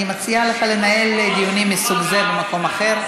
אני מציעה לך לנהל דיונים מסוג זה במקום אחר,